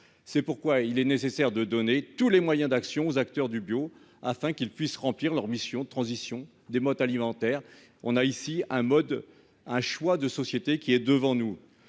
c'est pourquoi il est nécessaire de donner tous les moyens d'action aux acteurs du bio afin qu'ils puissent remplir leur mission transition des modes alimentaires, on a ici un mode un choix de société qui est devant nous,